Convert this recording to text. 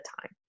time